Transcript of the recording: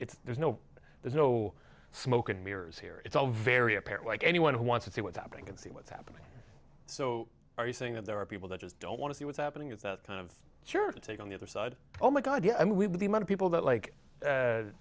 it's there's no there's no smoke and mirrors here it's all very apparent like anyone who wants to see what's happening and see what's happening so are you saying that there are people that just don't want to see what's happening is that kind of your take on the other side oh my god yeah i mean we've the money people that like